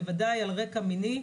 בוודאי על רקע מיני,